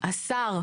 שהשר,